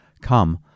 Come